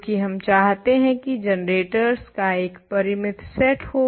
जो की हम चाहते हैं की जनेरेटर्स का एक परिमित सेट हो